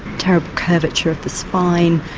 terrible curvature of the spine,